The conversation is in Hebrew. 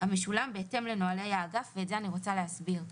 המשולם בהתאם לנוהלי האגף." את זה אני רוצה להסביר.